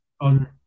on